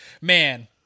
man